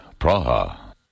Praha